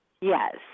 Yes